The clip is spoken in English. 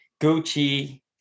Gucci